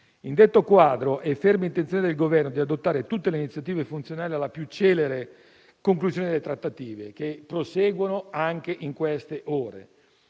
In detto quadro è ferma intenzione del Governo adottare tutte le iniziative funzionali alla più celere conclusione delle trattative, che proseguono a oltranza anche in queste ore,